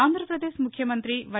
ఆంధ్రాప్రదేశ్ ముఖ్యమంతి వై